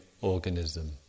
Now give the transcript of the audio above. organism